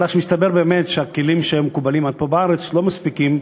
אלא שמסתבר באמת שהכלים שהיו מקובלים עד כה בארץ לא מספיקים,